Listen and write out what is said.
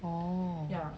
oh